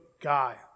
guy